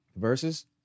Verses